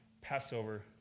Passover